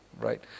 Right